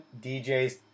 DJ's